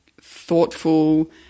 thoughtful